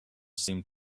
seemed